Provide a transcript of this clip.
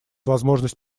возможность